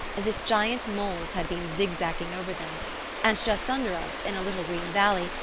as if giant moles had been zigzagging over them and just under us, in a little green valley,